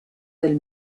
del